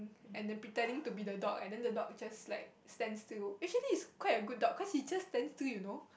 and then pretend to be the dog and then the dog just like stand still actually it's quite a good dog cause it just stands still you know